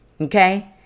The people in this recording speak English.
Okay